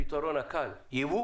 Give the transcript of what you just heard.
הפתרון הקל, ייבוא